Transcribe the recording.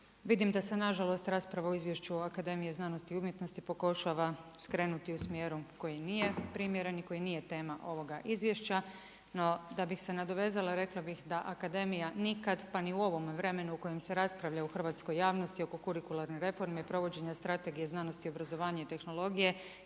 Vidim da se nažalost rasprava o Izvješću o HAZU pokušava skrenuti u smjeru koji nije primjeren i koji nije tema ovoga izvješća, no da bih se nadovezala rekla bih da akademija nikad pa ni u ovom vremenu u kojem se raspravlja u hrvatsko javnosti oko kurikularne reforme, provođenja Strategije znanosti, obrazovanja i tehnologije